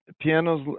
Pianos